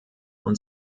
und